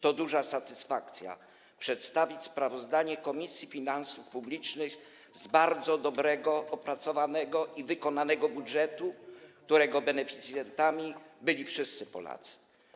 To duża satysfakcja przedstawić sprawozdanie Komisji Finansów Publicznych dotyczące tego bardzo dobrze opracowanego i wykonanego budżetu, którego beneficjentami byli wszyscy Polacy.